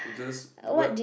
just what